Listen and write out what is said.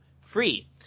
Free